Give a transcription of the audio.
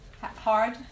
hard